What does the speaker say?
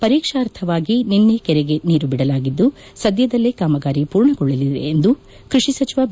ಪರೀಕ್ಷಾರ್ಥವಾಗಿ ನಿನ್ನೆ ಕೆರೆಗೆ ನೀರು ಬಿಡಲಾಗಿದ್ದು ಸದ್ಯದಲ್ಲೇ ಕಾಮಗಾರಿ ಪೂರ್ಣಗೊಳ್ಳಲಿದೆ ಎಂದು ಕೃಷಿ ಸಚಿವ ಬಿ